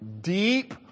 deep